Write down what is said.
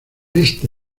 este